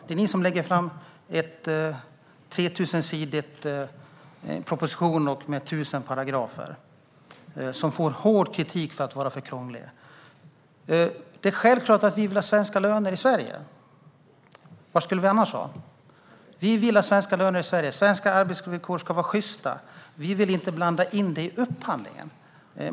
Det är ni som lägger fram en tretusensidig proposition med tusen paragrafer, som får hård kritik för att vara för krånglig. Det är självklart att vi vill ha svenska löner i Sverige. Vad skulle vi annars ha? Vi vill ha svenska löner i Sverige. Svenska arbetsvillkor ska vara sjysta. Men vi vill inte blanda in detta i upphandlingen.